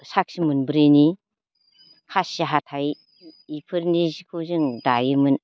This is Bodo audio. साखि मोनब्रैनि खासि हाथाय बेफोरनि सिखौ जों दायोमोन